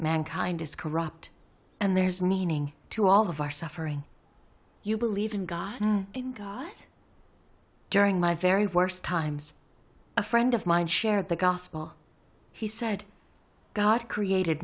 mankind is corrupt and there's meaning to all of our suffering you believe in god in guy during my very worst times a friend of mine share the gospel he said god created